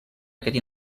aquest